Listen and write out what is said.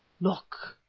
look!